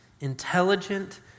intelligent